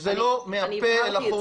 וזה לא מהפה אל החוץ.